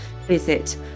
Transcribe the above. visit